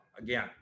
Again